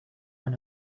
when